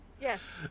Yes